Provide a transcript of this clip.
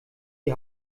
die